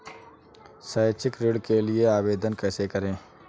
शैक्षिक ऋण के लिए आवेदन कैसे करें?